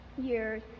years